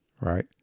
right